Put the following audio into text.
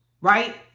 right